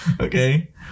Okay